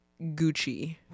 Gucci